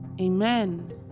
Amen